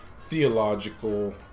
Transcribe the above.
theological